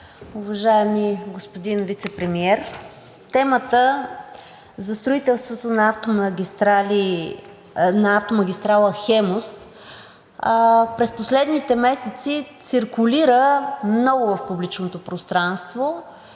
Уважаеми господин Вицепремиер, темата за строителството на автомагистрала „Хемус“ през последните месеци циркулира много в публичното пространство